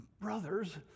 Brothers